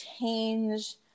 change